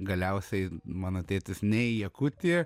galiausiai mano tėtis ne į jakutiją